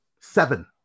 Seven